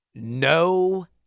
No